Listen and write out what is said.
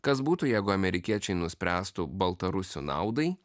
kas būtų jeigu amerikiečiai nuspręstų baltarusių naudai